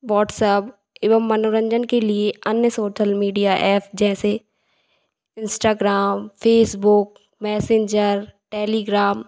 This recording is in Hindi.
व्हाट्सअब एवं मनोरंजन के लिए अन्य सोठल मीडिया ऐप जैसे इंस्टाग्राम फेसबुक मैसेंजर टेलीग्राम